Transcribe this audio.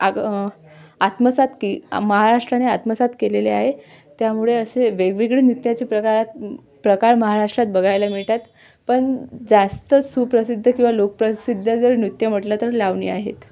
आग आत्मसात के महाराष्ट्राने आत्मसात केलेले आहे त्यामुळे असे वेगवेगळे नृत्याचे प्रकारात प्रकार महाराष्ट्रात बघायला मिळतात पण जास्त सुप्रसिद्ध किंवा लोकप्रसिद्ध जर नृत्य म्हटलं तर लावणी आहेत